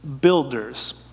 builders